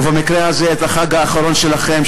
ובמקרה הזה את החג האחרון שלכם,